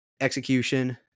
execution